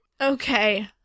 okay